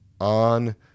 on